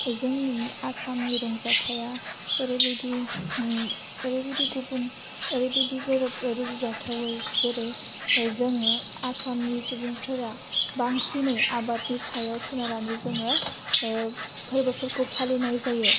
जोंनि आसामनि रंजाथाइया ओरैबायदि उम ओरैबायदि गुबुन ओरैबायदि गोरोब रुजु जाथावै जेरै जोङो आसामनि सुबुंफोरा बांसिनै आबादनि सायाव सोनारनानै जोङो फोरबोफोरखौ फालिनाय जायो